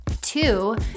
Two